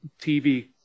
TV